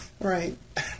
Right